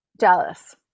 jealous